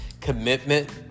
Commitment